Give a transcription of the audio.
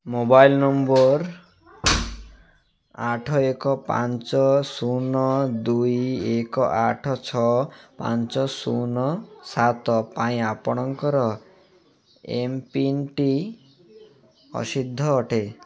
mobile number ଆଠ ଏକ ପାଞ୍ଚ ଶୂନ ଦୁଇ ଏକ ଆଠ ଛଅ ପାଞ୍ଚ ଶୂନ ନଅ ପାଇଁ ଆପଣଙ୍କର ଏମ୍ପିନ୍ଟି ଅସିଦ୍ଧ ଅଟେ